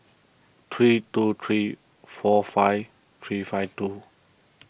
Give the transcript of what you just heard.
three two three four five three five two